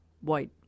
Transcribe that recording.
white